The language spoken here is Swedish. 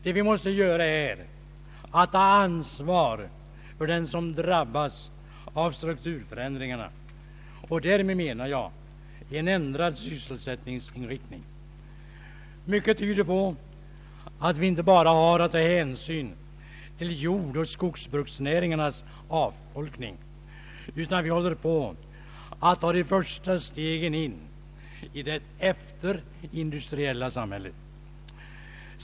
Det vi måste göra är att ta ansvar för dem som drabbas av strukturförändringarna — och därmed menar jag en ändrad sysselsättningsinriktning. Mycket tyder på att vi inte bara har att ta hänsyn till jordoch skogsbruksnäringarnas avfolkning utan att vi håller på att ta de första stegen in i det efterindustriella samhället.